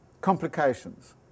complications